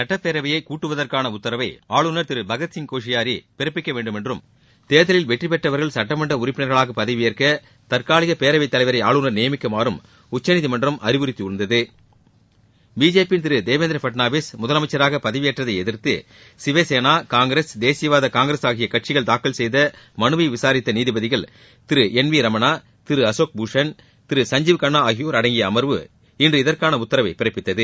சட்டப்பேரவைய கூட்டுவதற்காள உத்தரவை ஆளுநர் திரு பகத்சிய் கோஷியாரி பிறப்பிக்க வேண்டுமென்றும் தேர்தலில் வெற்றி பெற்றவர்கள் சட்டமன்ற உறுப்பினர்களாக பதவியேற்க தற்காலிக பேரவைத் தலைவளர் ஆளுநர் நியமிக்குமாறும் உச்சநீதிமன்றம் அறிவுறுத்தியிருந்தது பிஜேபி யின் திரு தேவேந்திர பட்னவிஸ் முதலமைச்சராக பதவியேற்றதை எதிர்த்து சிவசேனா காங்கிரஸ் தேசியவாத காங்கிரஸ் ஆகிய கட்சிகள் தாக்கல் செய்த மனுவை விசாரித்த நீதிபதிகள் திரு என் வி ரமணா திரு அசோக்பூஷன் திரு சஞ்ஜீவ் கன்னா ஆகியோா் அடங்கிய அமா்வு இன்று இதற்கான உத்தரவை பிறப்பித்தது